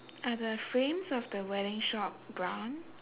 are the frames of the wedding shop brown